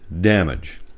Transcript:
damage